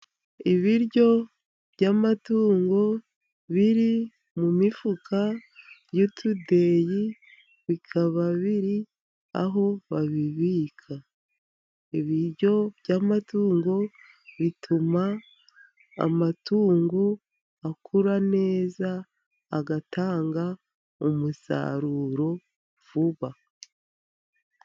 Ibiryo by'amatungo biri mu mifuka y'utudeyi bikaba biri aho babibika. Ibiryo by'amatungo bituma amatungo akura neza agatanga umusaruro vuba.